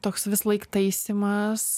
toks visąlaik taisymas